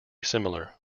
similar